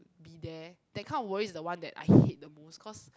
be there that kind of worry is the one that I hate the most cause